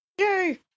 Yay